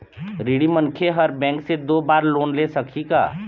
ऋणी मनखे हर बैंक से दो बार लोन ले सकही का?